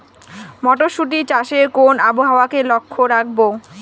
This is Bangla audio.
মটরশুটি চাষে কোন আবহাওয়াকে লক্ষ্য রাখবো?